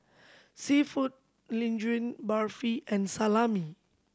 Seafood Linguine Barfi and Salami